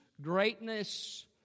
greatness